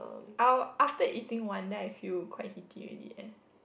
I will after eating one then I feel quite heaty already leh